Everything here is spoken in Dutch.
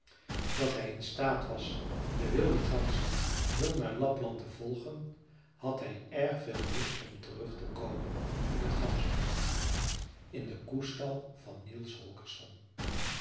dat hij in staat was de wilde ganzen heel naar lapland te volgen had hij erg veel lust om terug te komen in het ganzenhok in den koestal van niels holgersson